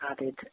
added